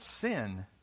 sin